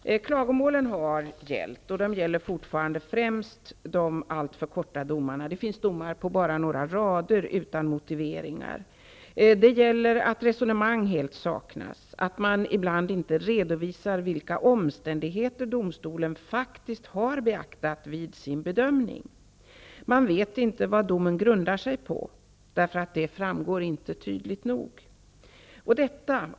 Klagomålen har gällt -- och gäller fortfarande -- främst de alltför korta domarna. Det finns domar på bara några rader utan motiveringar. Klagomålen gäller att resonemang helt saknas, att det ibland inte redovisas vilka omständigheter domstolen faktiskt har beaktat vid sin bedömning. Man vet inte vad domen grundar sig på därför att det inte framgår tydligt nog.